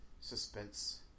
suspense